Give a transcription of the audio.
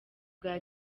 bwa